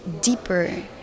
deeper